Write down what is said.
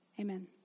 amen